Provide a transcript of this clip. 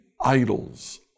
idols